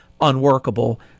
unworkable